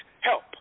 help